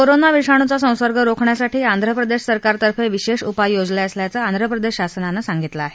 corona विषाणूचा संसर्ग रोखण्यासाठी आंध्र प्रदेश सरकारनं विशेष उपाय योजल्याचं आंध्र प्रदेश प्रशासनानं सांगितलं आहे